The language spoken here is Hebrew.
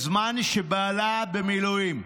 ובזמן שבעלה במילואים.